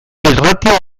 irratia